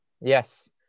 yes